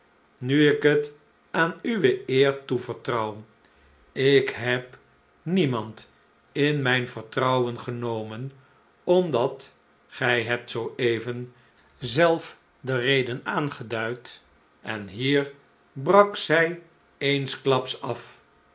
nu ik het aan uwe eer toevertrouw ik heb niemand in mijn vertrouwen genomen omdat gij hebt zoo even zelf de reden aangeduid en hier brak zij eensklaps af